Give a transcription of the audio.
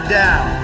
down